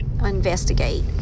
investigate